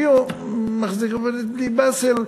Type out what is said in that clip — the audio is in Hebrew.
והיא אומרת לי: באסל,